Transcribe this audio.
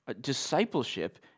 discipleship